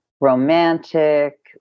romantic